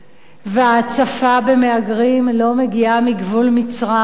וההצפה במהגרים לא מגיעה מגבול מצרים.